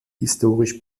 historisch